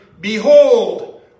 behold